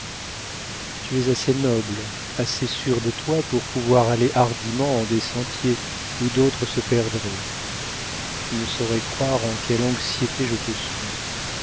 tu es assez noble assez sûre de toi pour pouvoir aller hardiment en des sentiers où d'autres se perdraient tu ne saurais croire en quelles anxiétés je te suis